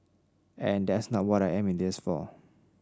and that's not what I am in this for